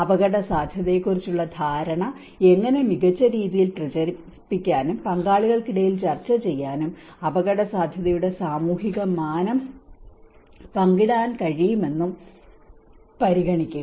അപകടസാധ്യതയെക്കുറിച്ചുള്ള ധാരണ എങ്ങനെ മികച്ച രീതിയിൽ പ്രചരിപ്പിക്കാനും പങ്കാളികൾക്കിടയിൽ ചർച്ച ചെയ്യാനും അപകടസാധ്യതയുടെ സാമൂഹിക മാനം പങ്കിടാൻ കഴിയുമെന്നും പരിഗണിക്കുക